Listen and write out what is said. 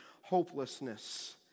hopelessness